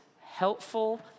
helpful